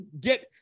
get